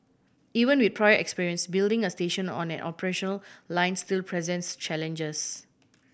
even with prior experience building a station on an operational line still presents challenges